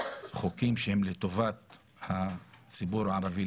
חוקים שהם לטובת הציבור הערבי,